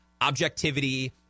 objectivity